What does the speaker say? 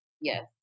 Yes